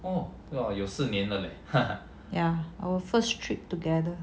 ya our first trip together